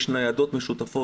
יש ניידות משותפות,